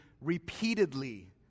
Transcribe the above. repeatedly